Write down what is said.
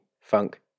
funk